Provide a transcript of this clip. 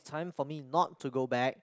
time for me not to go back